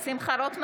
(קוראת בשמות חברי הכנסת) שמחה רוטמן,